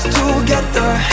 together